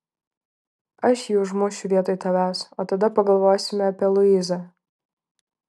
aš jį užmušiu vietoj tavęs o tada pagalvosime apie luizą